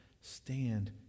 Stand